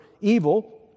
evil